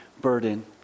burden